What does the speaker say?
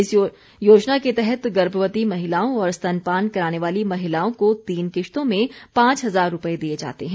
इस योजना के तहत गर्भवती महिलाओं और स्तनपान कराने वाली महिलाओं को तीन किश्तों में पांच हजार रुपए दिए जाते हैं